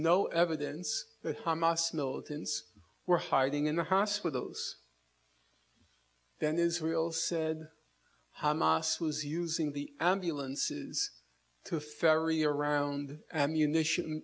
no evidence that hamas militants were hiding in a house with those then israel said hamas was using the ambulances to ferry around ammunition